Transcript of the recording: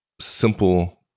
simple